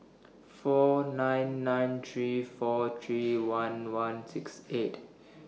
four nine nine three four three one one six eight